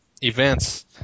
events